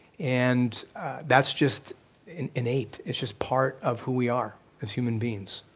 and that's just and innate. it's just part of who we are as human beings.